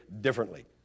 differently